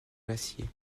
l’acier